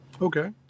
Okay